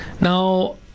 Now